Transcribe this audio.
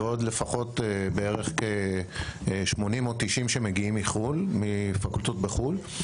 ועוד כ-80 או 90 שמגיעים מפקולטות בחו"ל.